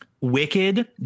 wicked